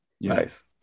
nice